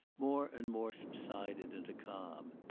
more and more subsided into calm.